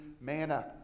manna